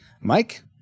Mike